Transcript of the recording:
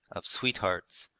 of sweethearts,